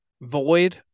Void